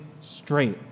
straight